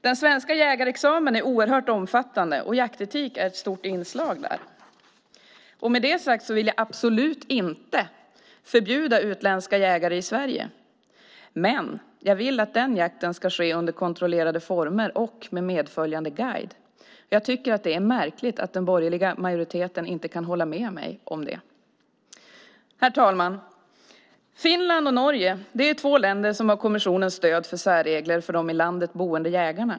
Den svenska jägarexamen är oerhört omfattande, och jaktetik är ett stort inslag i den. Med detta sagt vill jag absolut inte förbjuda utländska jägare i Sverige, men jag vill att den jakten ska ske under kontrollerade former och med medföljande guide. Det är märkligt att den borgerliga majoriteten inte kan hålla med mig om det. Herr talman! Finland och Norge är två länder som har kommissionens stöd för särregler för de i landet boende jägarna.